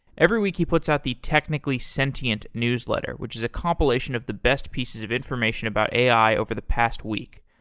every week, he puts out the technically sentient newsletter, which is a compilation of the best pieces of information about a i. over the past week.